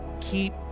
keep